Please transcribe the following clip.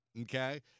okay